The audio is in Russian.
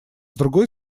другой